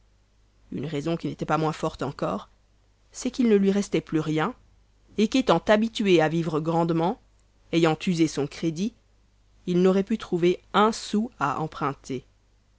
une raison qui n'était pas moins forte encore c'est qu'il ne lui restait plus rien et qu'étant habitué à vivre grandement ayant usé son crédit il n'aurait pu trouver un sou à emprunter